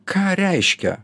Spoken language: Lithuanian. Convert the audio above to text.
ką reiškia